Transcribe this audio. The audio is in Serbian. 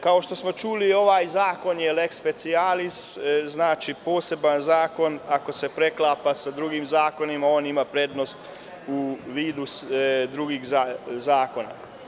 Kao što smo čuli, ovaj zakon je „leks specijalis“, znači poseban zakon ako se preklapa sa drugim zakonima, onda on ima prednost u vidu drugih zakona.